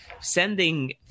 sending